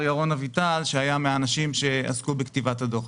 ירון אביטל שהיה מהאנשים שעסקו בכתיבת הדוח,